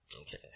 Okay